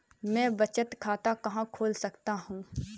मैं बचत खाता कहाँ खोल सकता हूँ?